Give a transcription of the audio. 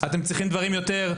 דברים אחרים?